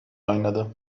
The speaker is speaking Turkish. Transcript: oynadı